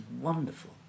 wonderful